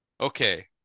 okay